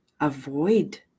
avoid